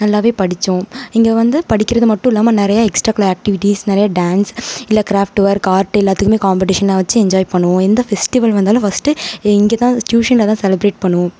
நல்லாவே படித்தோம் இங்கே வந்து படிக்கிறது மட்டும் இல்லாமல் நிறையா எக்ஸ்ட்டாக்குலர் ஆக்ட்டிவிட்டீஸ் நிறையா டான்ஸ் இல்லை கிராஃப்ட் ஒர்க் ஆர்ட்டு எல்லாத்துக்குமே காம்பட்டீஷனாக வச்சு என்ஜாய் பண்ணுவோம் எந்த ஃபெஸ்டிவல் வந்தாலும் ஃபஸ்ட்டு இங்கேதான் டியூஷனில்தான் செலிபிரேட் பண்ணுவோம்